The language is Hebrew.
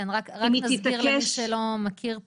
כן אני רק אסביר למי שלא מכיר פה,